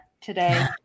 today